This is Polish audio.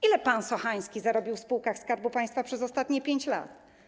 Ile pan Sochański zarobił w spółkach Skarbu Państwa przez ostatnie 5 lat?